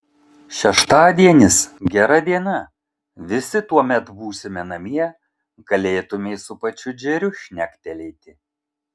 šeštadienis gera diena visi tuomet būsime namie galėtumei su pačiu džeriu šnektelėti